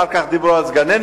אחרי זה דיברו על סגני-ניצבים,